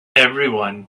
everyone